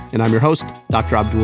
and i'm your host, dr. um drew